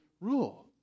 rule